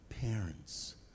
parents